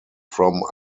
from